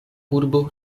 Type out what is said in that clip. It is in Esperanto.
urbo